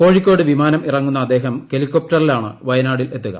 കോഴിക്കോട് വിമാനം ഇറങ്ങുന്ന അദ്ദേഹം ഹെലികോപ്റ്ററിലാണ് വയനാട്ടിൽ എത്തുക